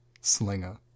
Slinger